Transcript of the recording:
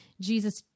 Jesus